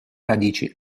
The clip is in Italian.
radici